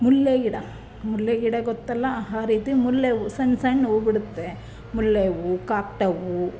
ಮಲ್ಲೆ ಗಿಡ ಮಲ್ಲೆ ಗಿಡ ಗೊತ್ತಲ್ಲ ಆ ರೀತಿ ಮಲ್ಲೆ ಹೂವು ಸಣ್ಣ ಸಣ್ಣ ಹೂ ಬಿಡುತ್ತೆ ಮಲ್ಲೆ ಹೂವು ಕಾಕಡ ಹೂವು